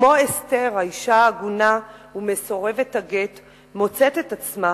כמו אסתר, האשה העגונה ומסורבת הגט מוצאת את עצמה